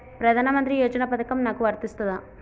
ప్రధానమంత్రి యోజన పథకం నాకు వర్తిస్తదా?